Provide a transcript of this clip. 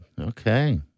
Okay